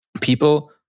people